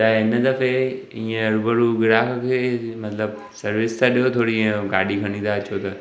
त हिन दफ़े ईअं हरु भरु गिराक खे मतिलबु सर्विस त ॾियो थोरी ईअं गाॾी खणी था अचो त